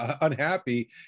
unhappy